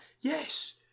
Yes